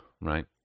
right